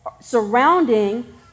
surrounding